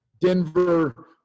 Denver